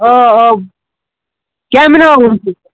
آ آ کَمہِ ناو